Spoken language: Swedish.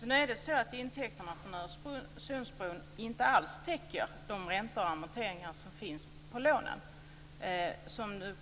Fru talman! Intäkterna från Öresundsbron täcker inte alls de räntor och amorteringar som finns på lånen. Av